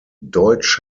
deutsch